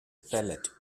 pellet